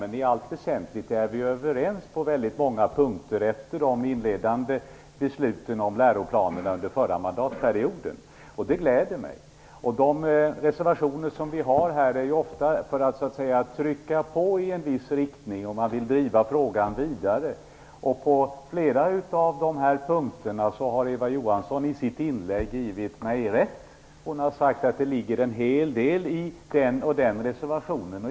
Men i allt väsentligt är vi efter de inledande besluten om läroplanen under den förra mandatperioden överens på väldigt många punkter, och det gläder mig. De reservationer som finns har ofta lämnats för att påverka i en viss riktning när man vill driva frågan vidare. På flera av dessa punkter har Eva Johansson i sitt inlägg givit mig rätt. Hon har sagt att det ligger en hel del i än den ena och än den andra reservationen.